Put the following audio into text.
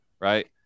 Right